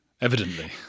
Evidently